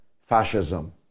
fascism